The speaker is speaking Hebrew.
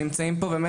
ואני